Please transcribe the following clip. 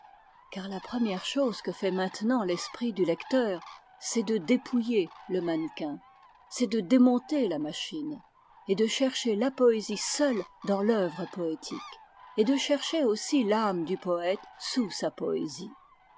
car la première chose que fait maintenant l'esprit du lecteur c'est de dépouiller le mannequin c'est de démonter la machine et de chercher la poésie seule dans l'œuvre poétique et de chercher aussi l'ame du poète sous sa poésie